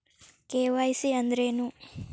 KYC ಅಂದ್ರೇನು?